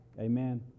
amen